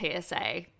PSA